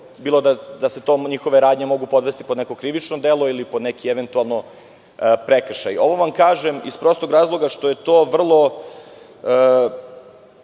bilo da se njihove radnje mogu podvesti pod neko krivično delo, ili pod neki prekršaj? Ovo vam kažem iz prostog razloga što je to jako